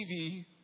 TV